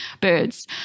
birds